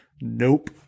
Nope